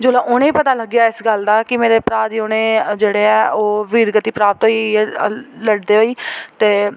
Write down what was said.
जेल्लै उ'नेंगी पता लग्गेआ इस गल्ल दा कि मेरे भ्राऽ दी उ'नें जेह्ड़े ऐ ओह् वीरगति प्राप्त होई गेई ऐ लड़दे होई ते